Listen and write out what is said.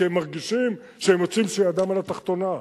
כי הם מרגישים שהם יוצאים כשידם על התחתונה,